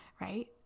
Right